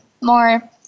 more